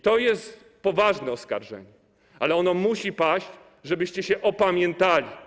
To jest poważne oskarżenie, ale ono musi paść, żebyście się opamiętali.